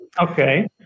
Okay